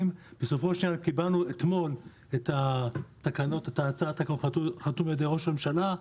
קיבלנו אתמול את הצעת התקנות חתומה על ידי ראש הממשלה.